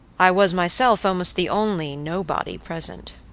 i was myself almost the only nobody present.